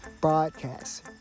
broadcast